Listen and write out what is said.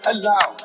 Allow